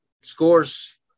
scores